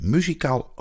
Muzikaal